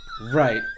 right